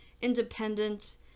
independent